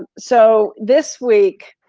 ah so this week,